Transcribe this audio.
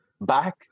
back